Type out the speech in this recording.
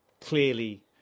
clearly